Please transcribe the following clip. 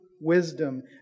wisdom